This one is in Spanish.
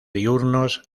diurnos